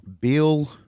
Bill